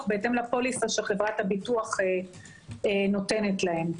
בהתאם לפוליסה שחברת הביטוח נותנת להם.